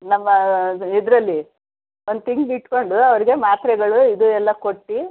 ನಮ್ಮ ಇದರಲ್ಲಿ ಒಂದು ತಿಂಗ್ಳು ಇಟ್ಟುಕೊಂಡು ಅವ್ರಿಗೆ ಮಾತ್ರೆಗಳು ಇದು ಎಲ್ಲ ಕೊಟ್ಟು